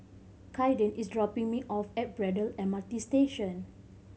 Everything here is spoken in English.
Kayden is dropping me off at Braddell M R T Station